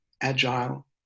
agile